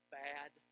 bad